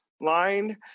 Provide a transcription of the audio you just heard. line